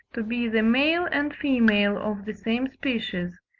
to be the male and female of the same species,